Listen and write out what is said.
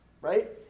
right